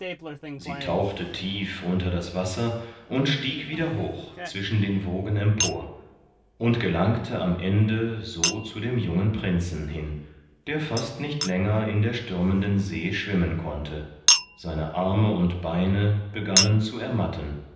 sie tauchte tief unter das wasser und stieg wieder hoch zwischen den wogen empor und gelangte am ende so zu dem jungen prinzen hin der fast nicht länger in der stürmenden see schwimmen konnte seine arme und beine begannen zu ermatten